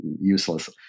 useless